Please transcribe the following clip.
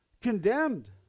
condemned